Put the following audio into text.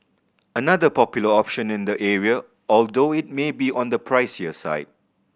another popular option in the area although it may be on the pricier side